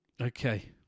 Okay